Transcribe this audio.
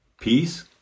peace